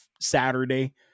Saturday